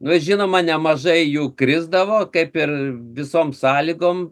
nu žinoma nemažai jų krisdavo kaip ir visom sąlygom